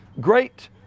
great